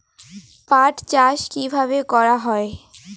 পাট চাষ কীভাবে করা হয়?